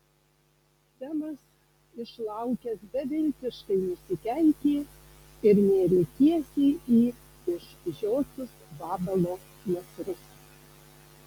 semas išlaukęs beviltiškai nusikeikė ir nėrė tiesiai į išžiotus vabalo nasrus